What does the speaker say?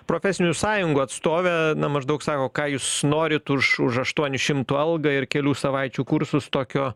profesinių sąjungų atstovė na maždaug sako ką jūs norit už už aštuonių šimtų algą ir kelių savaičių kursus tokio